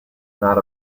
not